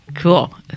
Cool